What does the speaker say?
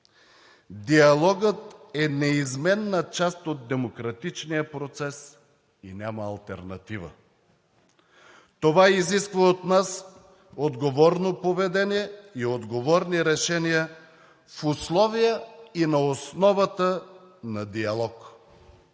Диалогът е неизменна част от демократичния процес и няма алтернатива. Това изисква от нас отговорно поведение и отговорни решения – в условия, и на основата на диалог.